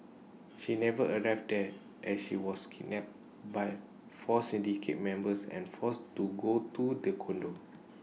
she never arrived there as she was kidnapped by four syndicate members and forced to go to the condo